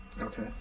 Okay